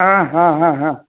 हा हा हा हा